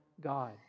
God